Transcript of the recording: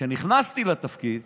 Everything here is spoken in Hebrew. כשנכנסתי לתפקיד